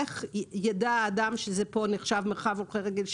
איך ידע האדם שכאן זה נחשב מרחב הולכי רגל?